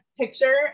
picture